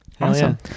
Awesome